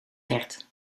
werd